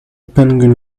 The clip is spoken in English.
penguin